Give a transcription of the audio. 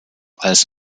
als